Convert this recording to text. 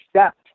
accept